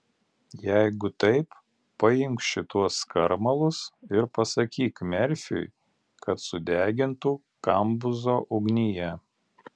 jeigu taip paimk šituos skarmalus ir pasakyk merfiui kad sudegintų kambuzo ugnyje